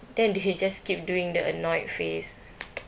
then they just keep doing the annoyed face